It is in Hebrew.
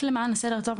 למען הסדר הטוב,